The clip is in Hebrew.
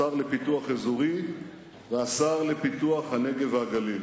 השר לפיתוח אזורי והשר לפיתוח הנגב והגליל.